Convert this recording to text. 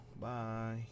Bye